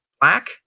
black